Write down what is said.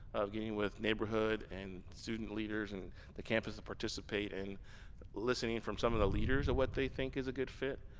getting with neighborhood and student leaders and the campus to participate in listening from some of the leaders of what they think is a good fit.